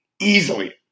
Easily